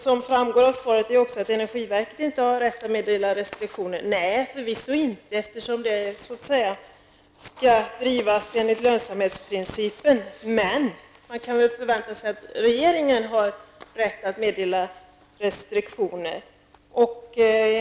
Som framgår av svaret har energiverket inte rätt att meddela restriktioner. Det skall drivas enligt lönsamhetsprincipen. Man kan väl ändå förvänta sig att regeringen har rätt att meddela restriktioner.